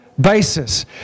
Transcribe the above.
basis